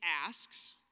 asks